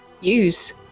use